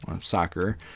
soccer